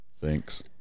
Thanks